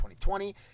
2020